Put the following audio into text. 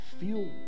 feel